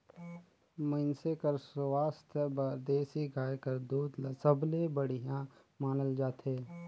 मइनसे कर सुवास्थ बर देसी गाय कर दूद ल सबले बड़िहा मानल जाथे